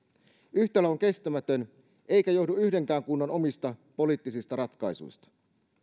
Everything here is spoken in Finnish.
yhtälö on kestämätön eikä johdu yhdenkään kunnan omista poliittisista ratkaisuista